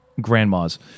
grandmas